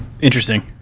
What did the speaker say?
interesting